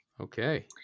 Okay